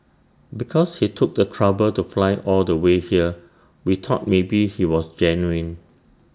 because he took the trouble to fly all the way here we thought maybe he was genuine